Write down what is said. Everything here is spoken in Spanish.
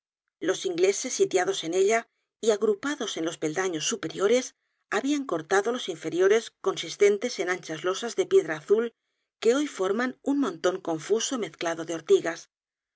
los ingleses sitiados en ella y agrupados en los peldaños superiores habian cortado los inferiores consistentes en anchas losas de piedra azul que hoy forman un monton confuso mezclado de ortigas